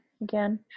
again